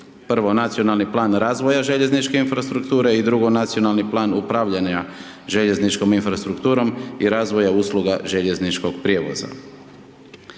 prvo, Nacionalni plan razvoja željezničke infrastrukture i drugo, Nacionalni plan upravljanja željezničkom infrastrukturom i razvoja usluga željezničkog prijevoza.